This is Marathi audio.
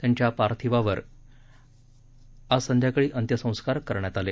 त्यांच्या पार्थिवावर आज संध्याकाळी अंत्यसंस्कार करण्यात आले